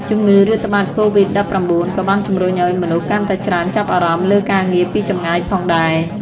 ជំងឺរាតត្បាតកូវីដ-១៩ ក៏បានជំរុញឱ្យមនុស្សកាន់តែច្រើនចាប់អារម្មណ៍លើការងារពីចម្ងាយផងដែរ។